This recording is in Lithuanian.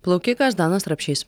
plaukikas danas rapšys